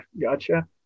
gotcha